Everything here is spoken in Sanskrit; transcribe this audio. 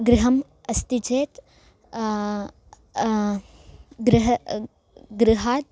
गृहम् अस्ति चेत् गृहं गृहात्